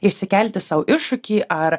išsikelti sau iššūkį ar